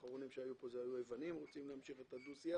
האחרונים שהיו כאן היו היוונים שרוצים להמשיך את הדו-שיח,